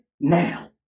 now